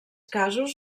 casos